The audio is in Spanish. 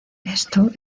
esto